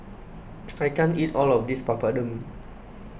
I can't eat all of this Papadum